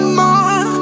more